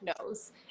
knows